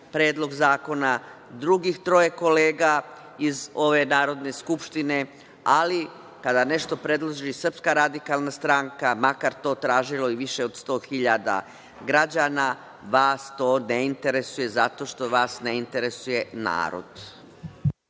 Predlog zakona drugih troje kolega iz ove Narodne skupštine, ali kada nešto predloži SRS, makar to tražilo i više od 100.000 građana, vas to ne interesuje zato što vas ne interesuje narod.